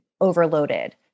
overloaded